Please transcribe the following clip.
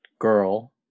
girl